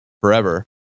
forever